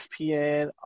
ESPN